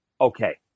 okay